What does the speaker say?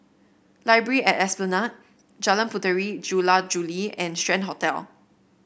Library at Esplanade Jalan Puteri Jula Juli and Strand Hotel